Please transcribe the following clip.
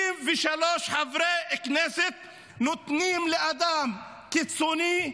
63 חברי כנסת נותנים לאדם קיצוני,